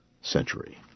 century